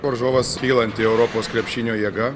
varžovas kylanti europos krepšinio jėga